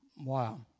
Wow